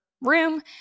room